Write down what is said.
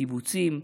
קיבוצים,